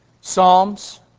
Psalms